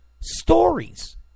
stories